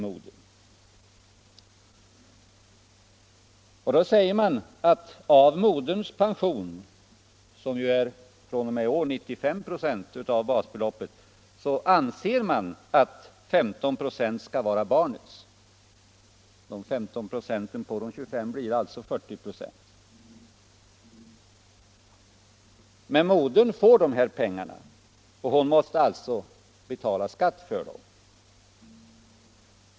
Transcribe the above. Man anser att av moderns pension, som fr.o.m. i år är 95 96 av basbeloppet, 15 96 skall vara barnets. Dessa 15 96 på de 25 blir alltså 40 96. Men modern får dessa pengar och måste alltså betala skatt för dem.